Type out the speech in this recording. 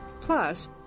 Plus